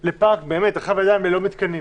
לפארק באמת רחב ידיים ללא מתקנים,